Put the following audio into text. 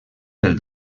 del